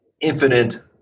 infinite